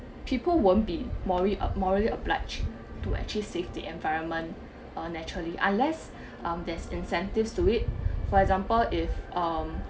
people won't be morally morally obliged to actually save the environment uh naturally unless um there's incentives to it for example if um